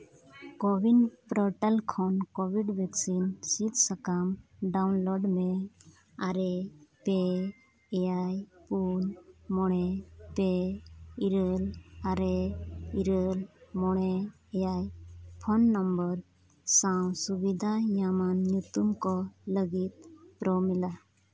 covid portal ᱠᱷᱚᱱ Covid vaccine ᱥᱤᱫᱽ ᱥᱟᱠᱟᱢ ᱰᱟᱣᱩᱱᱞᱳᱰ ᱢᱮ ᱟᱨᱮ ᱯᱮ ᱮᱭᱟᱭ ᱯᱩᱱ ᱢᱚᱬᱮ ᱯᱮ ᱤᱨᱟᱹᱞ ᱟᱨᱮ ᱤᱨᱟᱹᱞ ᱢᱚᱬᱮ ᱮᱭᱟᱭ ᱯᱷᱳᱱ ᱱᱚᱢᱵᱚᱨ ᱥᱟᱶ ᱥᱩᱵᱤᱫᱷᱟ ᱧᱟᱢ ᱧᱩᱛᱩᱢ ᱠᱚ ᱠᱚ ᱞᱟᱹᱜᱤᱫ ᱯᱨᱚᱢᱤᱞᱟ